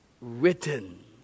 written